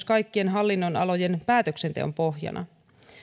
kaikkien hallinnonalojen päätöksenteon pohjana